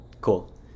Cool